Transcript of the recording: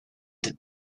did